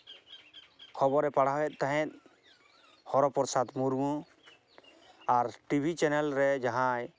ᱠᱷᱚᱵᱚᱨᱮ ᱯᱟᱲᱦᱟᱣᱮᱫ ᱛᱟᱦᱮᱸᱫ ᱦᱚᱨᱚ ᱯᱨᱚᱥᱟᱫᱽ ᱢᱩᱨᱢᱩ ᱟᱨ ᱴᱤᱵᱷᱤ ᱪᱮᱱᱮᱞᱨᱮ ᱡᱟᱦᱟᱸᱭ